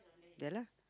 ya lah